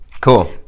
Cool